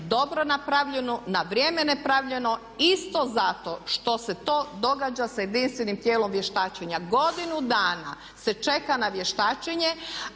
dobro napravljeno, na vrijeme napravljeno isto zato što se to događa sa jedinstvenim tijelom vještačenja. Godinu dana se čeka na vještačenje